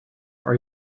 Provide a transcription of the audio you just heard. are